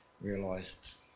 realised